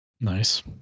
Nice